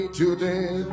today